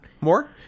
more